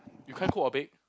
you can't cook or bake